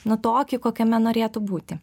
na tokį kokiame norėtų būti